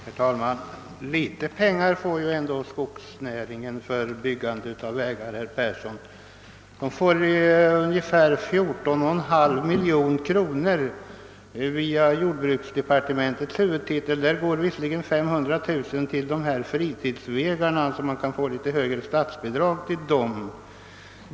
Herr talman! Litet pengar får väl ändå skogsnäringen för byggande av vägar, herr Persson i Heden! Via jordbruksdepartementets huvudtitel utgår 14,5 miljoner kronor. Visserligen utgår 500 000 kronor till fritidsvägarna, ty till dessa kan man få litet högre statsbidrag.